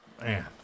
man